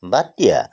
বাদ দিয়া